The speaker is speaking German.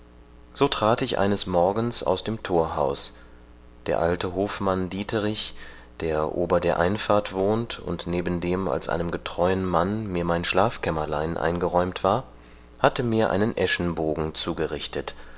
so trat ich eines morgens aus dem thorhaus der alte hofmann dieterich der ober der einfahrt wohnt und neben dem als einem getreuen mann mir mein schlafkämmerlein eingeräumt war hatte mir einen eschenbogen zugerichtet